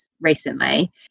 recently